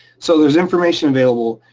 so there's information available.